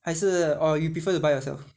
还是 or you prefer to buy yourself